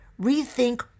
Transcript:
rethink